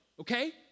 okay